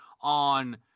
on